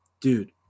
dude